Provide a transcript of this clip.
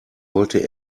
wollte